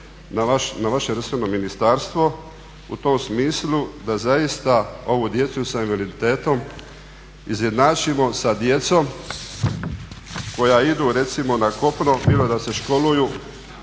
na vaše resorno ministarstvo u tom smislu da zaista ovu djecu sa invaliditetom izjednačimo sa djecom koja idu recimo na kopno bilo da se školuju,